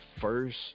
first